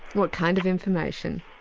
what kind of information?